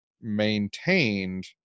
maintained